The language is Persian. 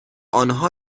انها